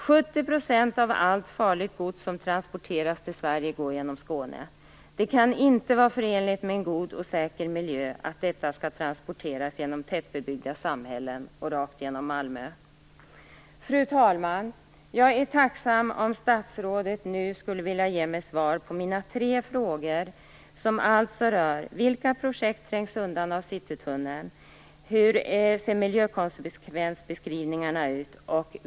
70 % av allt farligt gods som transporteras till Sverige går genom Skåne. Det kan inte vara förenligt med en god och säker miljö att detta skall transporteras genom tättbebyggda samhällen och rakt genom Malmö. Fru talman! Jag vore tacksam om statsrådet nu skulle vilja ge mig svar på min tre frågor: Vilka projekt trängs undan av Citytunneln? Hur ser miljökonsekvensbeskrivningarna ut?